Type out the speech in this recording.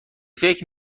فکر